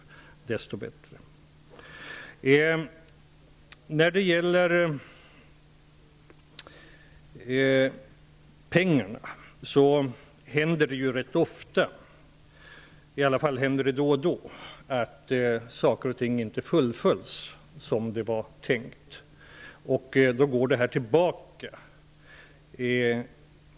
Vidare har vi frågan om pengarna. Det händer rätt ofta, i alla fall då och då, att saker och ting inte fullföljs som det var tänkt. Då tas pengarna tillbaka.